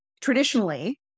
Traditionally